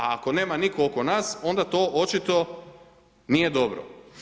A ako nema nitko oko nas onda to očito nije dobro.